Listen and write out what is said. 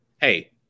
hey